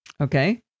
Okay